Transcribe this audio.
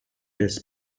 des